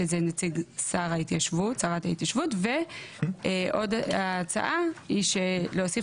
שזה נציג שרת ההתיישבות ועוד הצעה היא להוסיף